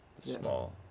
small